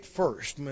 first